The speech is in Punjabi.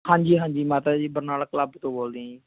ਹਾਂਜੀ ਹਾਂਜੀ ਮਾਤਾ ਜੀ ਬਰਨਾਲਾ ਕਲੱਬ ਤੋਂ ਬੋਲਦੇ ਆ ਜੀ